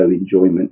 enjoyment